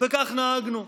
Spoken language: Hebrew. וכך נהגנו.